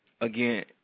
Again